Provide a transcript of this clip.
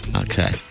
Okay